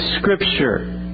scripture